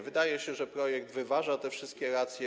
Wydaje się, że projekt wyważa te wszystkie racje.